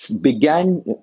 began